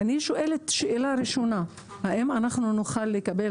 השאלה הראשונה שלי היא האם אנחנו נוכל לקבל